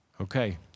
Okay